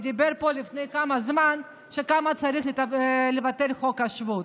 שדיבר פה לפני כמה זמן על כמה צריך לבטל את חוק השבות?